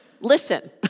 Listen